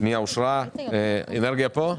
הצבעה בעד, רוב נגד, אין נמנעים, 1